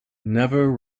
never